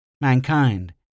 Mankind